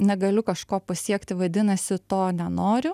negaliu kažko pasiekti vadinasi to nenoriu